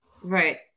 Right